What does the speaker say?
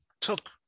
took